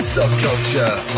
Subculture